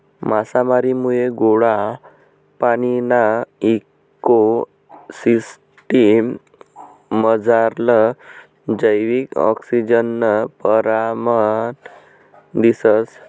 मासामारीमुये गोडा पाणीना इको सिसटिम मझारलं जैविक आक्सिजननं परमाण दिसंस